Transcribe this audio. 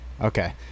okay